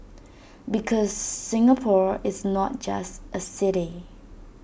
because Singapore is not just A city